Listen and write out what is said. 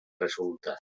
resulta